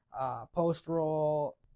post-roll